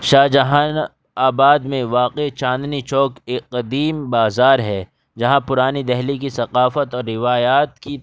شاہ جہان آباد میں واقع چاندنی چوک ایک قدیم بازار ہے جہاں پرانی دہلی کی ثقافت اور روایات کی